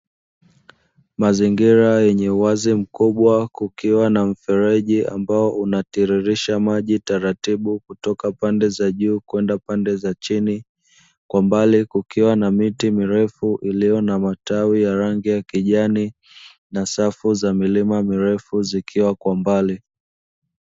Mazingira yenye uwazi mkubwa kukiwa na mfereji ambao unatiririsha maji taratibu kutoka pande za juu kwenda pande za chini, kwa mbali kukiwa na miti mirefu iliyo na matawi ya rangi ya kijani na safu za milima mirefu zikiwa kwa mbali.